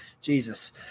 Jesus